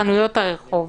חנויות הרחוב.